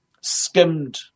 skimmed